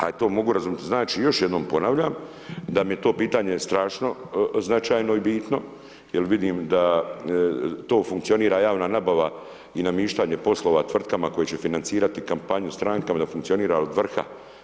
A ja to mogu razumjeti znači, još jednom ponavljam, da mi je to pitanje strašno značajno i bitno, jer vidim da to funkcionira javna nabava i namještanje poslova tvrtkama, koje će financirati kampanju strankama da funkcionira prema vrha.